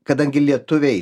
kadangi lietuviai